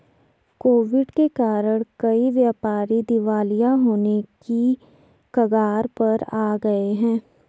Covid के कारण कई व्यापारी दिवालिया होने की कगार पर आ गए हैं